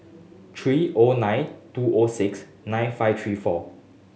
three O nine two O six nine five three four